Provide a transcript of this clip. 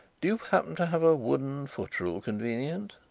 do you happen to have a wooden foot-rule convenient?